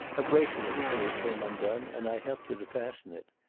a bracelet of hers came undone, and i helped her to fasten it.